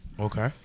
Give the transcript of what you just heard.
Okay